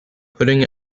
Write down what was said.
putting